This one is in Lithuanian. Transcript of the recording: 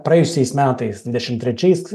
praėjusiais metais dvidešimt trečiais